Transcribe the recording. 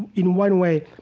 in one way,